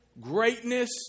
greatness